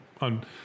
on